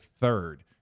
third